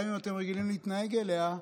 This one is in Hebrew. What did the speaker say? גם אם אתם רגילים להתנהג כך.